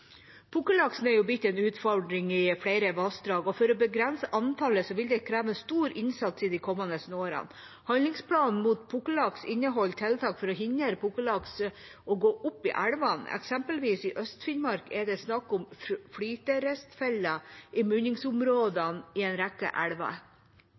blitt en utfordring i flere vassdrag, og for å begrense antallet vil det kreve stor innsats de kommende årene. Handlingsplanen mot pukkellaks inneholder tiltak for å hindre pukkellaks i å gå opp i elvene. For eksempel i Finnmark er det snakk om flyteristfeller i munningsområdene i